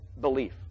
belief